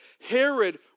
Herod